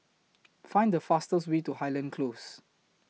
Find The fastest Way to Highland Close